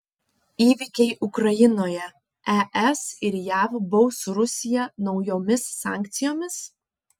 įvykiai ukrainoje es ir jav baus rusiją naujomis sankcijomis